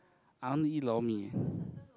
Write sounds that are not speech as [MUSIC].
I want to eat lor mee eh [BREATH]